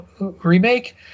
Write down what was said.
remake